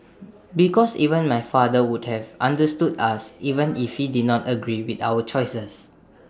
because even my father would have understood us even if he did not agree with our choices